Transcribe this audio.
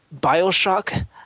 Bioshock